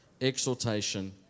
Exhortation